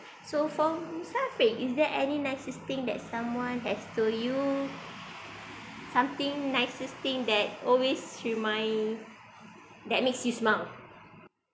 so for musafir is there any nicest thing that someone has told you you something nicest thing that always remind that makes you smile